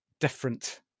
different